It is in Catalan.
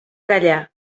callar